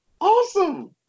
Awesome